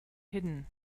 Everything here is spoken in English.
hidden